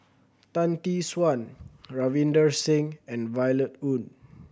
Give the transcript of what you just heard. Tan Tee Suan Ravinder Singh and Violet Oon